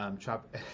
Chop